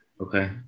okay